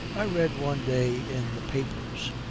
i read one day in the papers,